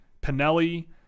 Pinelli